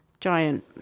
giant